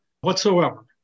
whatsoever